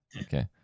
Okay